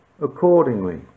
accordingly